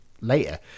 later